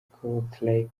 clarke